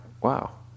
wow